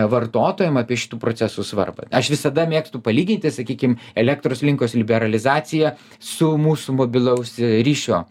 vartotojam apie šitų procesų svarbą aš visada mėgstu palyginti sakykim elektros rinkos liberalizaciją su mūsų mobilaus ryšio